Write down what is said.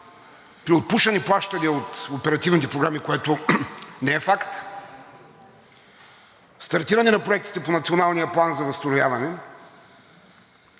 при отпушени плащания от оперативните програми, което не е факт, стартиране на проектите по Националния план за възстановяване